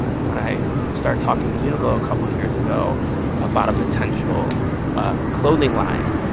when i started talking to uniqlo a couple years ago about a potential ah clothing line,